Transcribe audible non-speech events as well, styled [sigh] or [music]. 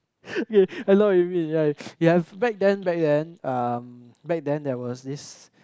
[laughs] okay I know what you mean yeah yeah back then back then um back then there was this